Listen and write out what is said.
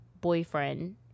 boyfriend